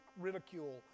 ridicule